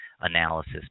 analysis